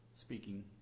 speaking